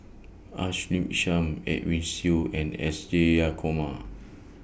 Ashley Isham Edwin Siew and S Jayakumar